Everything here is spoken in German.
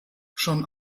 schon